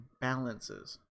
balances